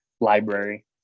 library